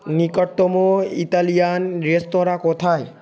নিকটতম Italian restaurant কোথায়